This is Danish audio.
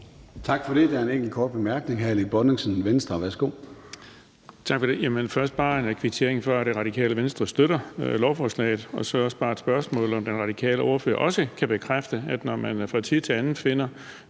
Tak for det. Der er en enkelt kort bemærkning fra hr. Erling Bonnesen, Venstre. Værsgo. Kl. 14:16 Erling Bonnesen (V): Tak for det. Først vil jeg bare kvittere for, at Radikale Venstre støtter lovforslaget, og så vil jeg spørge, om den radikale ordfører også kan bekræfte, at når man fra tid til anden finder